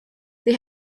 they